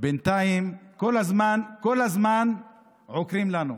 בינתיים כל הזמן כל הזמן עוקרים לנו: